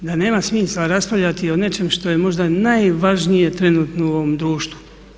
Da nema smisla raspravljati o nečem što je možda najvažnije trenutno u ovom društvu.